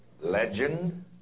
legend